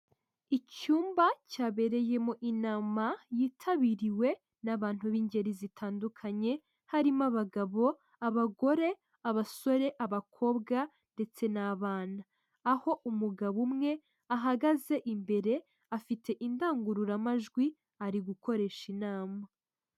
Icyumba cyabereyemoma inama yitabiriwe n'abantu b'ingeri zitandukanye harimo abagabo, abagore, abasore, abakobwa ndetse n'abana aho umugabo umwe ahagaze imbere afite indangururamajwi ari gukoresha inama.